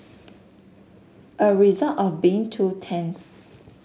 a result of being two tents